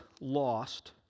lost